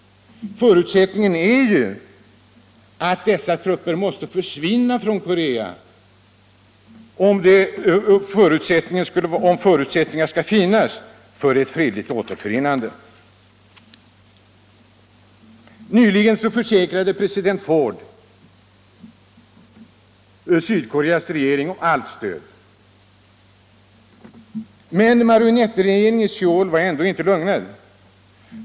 Dessa trupper måste naturligtvis försvinna från Korea om förutsättningar skall finnas för ett fredligt återförenande. Nyligen försäkrade president Ford Sydkoreas regering allt stöd. Men marionettregeringen i Söul var ändå inte lugnad.